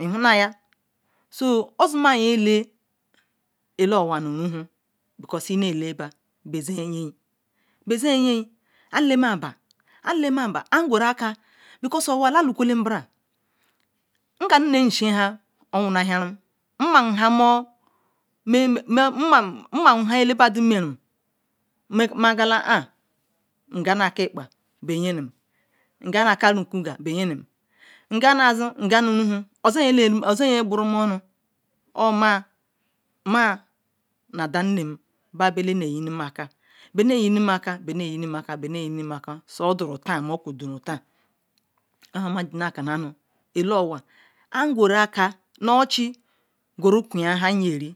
Ihin mi ya so ozi mma yen la ela owa nu nuh because inne laba besin yin besin yin ar la ma ba an la na ba because owo lalik welan ngan mmen zibo do mozorohan mmaham elabadon merum ma gala an nganu akakal nga nu akergan ozi yene yin nga nuruhun ngamu azom ozi yene yin oh ma ma nu adennem ba bo elanu ehinu maka benne yin maka sodo ro odoro ohan mejiri na kannanu ala owor an guru aker nu oche gulia han nu yeri